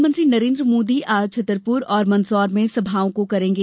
प्रधानमंत्री नरेन्द्र मोदी आज छतरपुर और मंदसौर में आमसभाओं को संबोधित करेगें